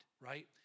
right